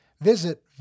visit